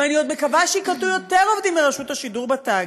ואני עוד מקווה שייקלטו יותר עובדים מרשות השידור בתאגיד.